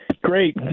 Great